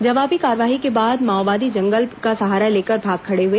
जवाबी कार्रवाई के बाद माओवादी जंगल का सहारा लेकर भाग खड़े हुए